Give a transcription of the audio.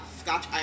scotch